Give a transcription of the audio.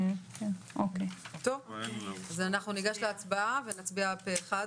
אנחנו ניגש להצבעה ונצביע פה אחד